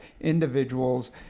individuals